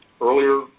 earlier